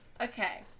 Okay